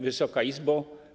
Wysoka Izbo!